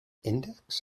index